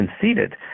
conceded